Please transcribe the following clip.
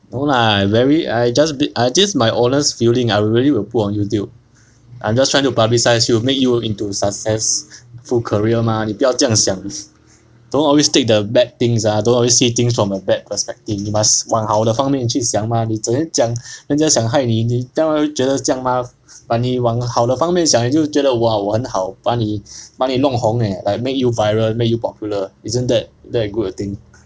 no lah very I just I just my honest feeling I really will put on YouTube I'm just trying to publicise you make you into successful career mah 你不要这样想 don't always take the bad things lah don't always see things from a bad perspective you must 往好的方面去想 mah 你整天讲人家想害你当然会觉得这样 mah but 你往好的方面想你觉得 !wah! 我很好帮你帮你弄红 leh like make you viral make you popular isn't that that a good thing